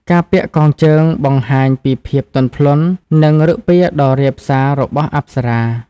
ការពាក់កងជើងបង្ហាញពីភាពទន់ភ្លន់ និងឫកពាដ៏រាបសារបស់អប្សរា។